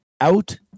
out